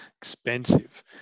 expensive